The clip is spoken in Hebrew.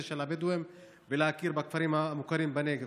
של הבדואים ולהכיר בכפרים הלא-מוכרים בנגב.